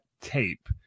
tape